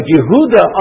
Yehuda